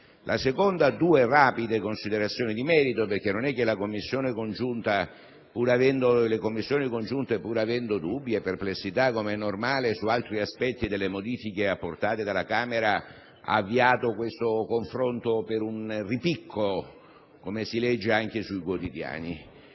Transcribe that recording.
Le altre due rapide considerazioni sono di merito. Le Commissioni riunite, pur avendo dubbi e perplessità, come è normale, su altri aspetti delle modifiche apportate dalla Camera, non hanno avviato questo confronto per un ripicco, come si legge anche sui quotidiani.